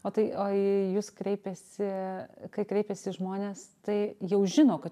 o tai o į jus kreipiasi kai kreipiasi žmonės tai jau žino kad